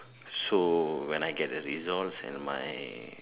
so when I get the results and my